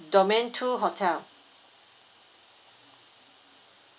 domain two hotel